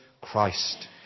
Christ